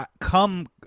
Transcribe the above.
come